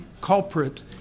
culprit